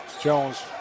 Jones